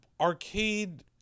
Arcade